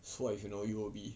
so I should know U_O_B